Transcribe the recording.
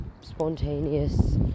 spontaneous